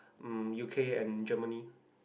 um U_K and Germany